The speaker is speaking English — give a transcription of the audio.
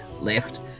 left